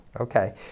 Okay